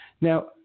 Now